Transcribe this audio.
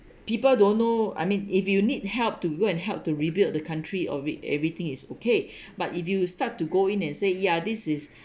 people don't know I mean if you need help to go and help to rebuild the country of it everything is okay but if you start to go in and say ya this is